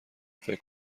فکر